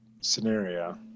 scenario